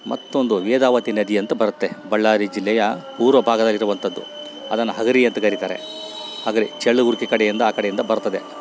ಮತ್ತೊಂದು ವೇದಾವತಿ ನದಿ ಅಂತ ಬರುತ್ತೆ ಬಳ್ಳಾರಿ ಜಿಲ್ಲೆಯ ಪೂರ್ವ ಭಾಗದಾಗ ಇರುವಂಥದ್ದು ಅದನ್ನು ಹಗರಿ ಅಂತ ಕರಿತಾರೆ ಹಗರಿ ಚಳ್ಳುರ್ಕಿ ಕಡೆಯಿಂದ ಆ ಕಡೆಯಿಂದ ಬರ್ತದೆ